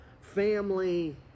family